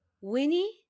Winnie